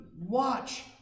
watch